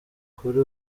kuri